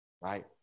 right